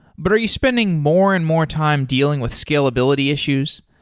but are you spending more and more time dealing with scalability issues?